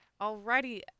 Alrighty